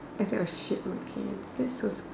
I feel I'll shit my pants that's so scare